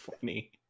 funny